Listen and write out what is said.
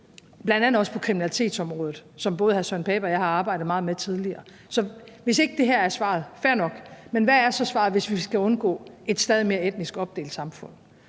bl.a. også ses på kriminalitetsområdet, som både hr. Søren Pape Poulsen og jeg har arbejdet meget med tidligere. Hvis ikke det her er svaret – fair nok – hvad er så svaret, hvis vi skal undgå et stadig mere etnisk opdelt samfund?